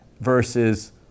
versus